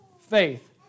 faith